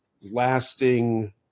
lasting